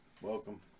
welcome